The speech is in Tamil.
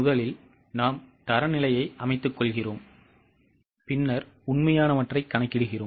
முதலில் நாம் தரநிலையை அமைத்துக்கொள்கிறோம் பின்னர் உண்மையானவற்றை கணக்கிடுகிறோம்